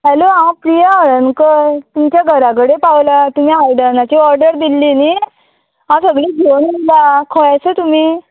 hello हांव प्रिया हळणकर तुमच्या घरा कडेन पावला तुमी आयदनाची ऑर्डर दिल्ली न्ही हांव सगळीं घेवन येयलां खंय आसा तुमी